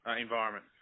environment